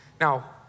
Now